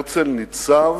הרצל ניצב